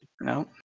No